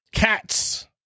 Cats